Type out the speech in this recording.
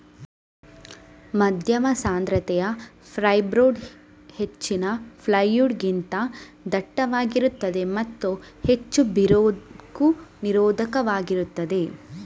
ಮಧ್ಯಮ ಸಾಂದ್ರತೆಯ ಫೈರ್ಬೋರ್ಡ್ ಹೆಚ್ಚಿನ ಪ್ಲೈವುಡ್ ಗಿಂತ ದಟ್ಟವಾಗಿರುತ್ತದೆ ಮತ್ತು ಹೆಚ್ಚು ಬಿರುಕು ನಿರೋಧಕವಾಗಿದೆ